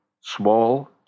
small